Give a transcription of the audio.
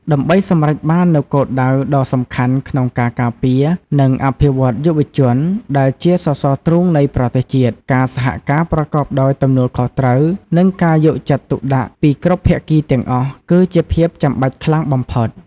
ដើម្បីសម្រេចបាននូវគោលដៅដ៏សំខាន់ក្នុងការការពារ និងអភិវឌ្ឍយុវជន ដែលជាសសរទ្រូងនៃប្រទេសជាតិ ការសហការប្រកបដោយទំនួលខុសត្រូវ និងការយកចិត្តទុកដាក់ពីគ្រប់ភាគីទាំងអស់ គឺជាភាពចាំបាច់ខ្លាំងបំផុត។